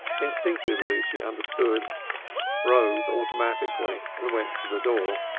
instinctively she understood rose automatically and went to the door